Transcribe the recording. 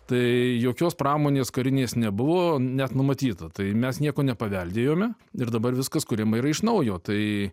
tai jokios pramonės karinės nebuvo net numatyta tai mes nieko nepaveldėjome ir dabar viskas kuriama yra iš naujo tai